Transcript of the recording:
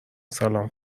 سلام